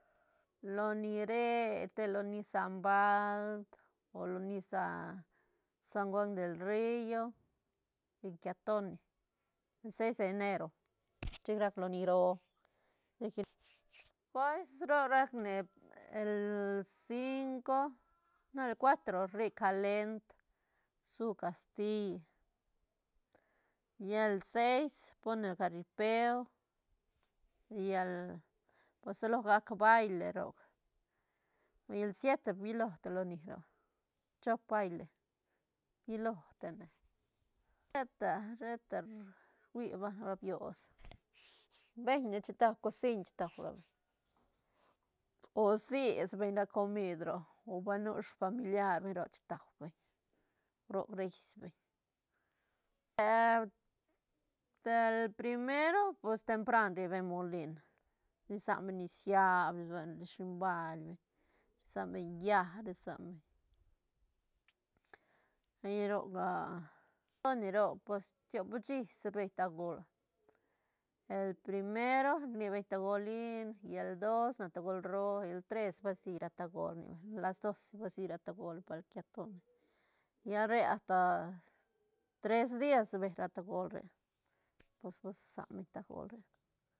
Loni re te loni san balt o loni sa- san juan del rio y quiatoni sies de enero chic rac loni roo pues roc rac ne el cinco no el cuatro rri calendr su casti lla el seis pon le jaripeo, llel rsalo gac baile roc el siete bilo ti loni roc chop baile bilo tine sheta- sheta rui ba ra bios beñ ne chi tua cosiñ chi tua roco si sa rabeñ comid roc o ba nu sfamiliar beñ roc chic tau beñ roc reis beñ el primero pues tempran ri beñ molin risan beñ nisiab lis shiñbal beñ risan beñ llaäc ri sabeñ lla roc quiatoni roc pues tiop shí si bidei tagol roc el primero rni beñ tagol lin y el dos nac tagol roo el tres basi ra tagol rni beñ las doce ba si ra tagol bal quiatoni lla re asta tres días rbe ra tagol re pues ba se san beñ tagol re.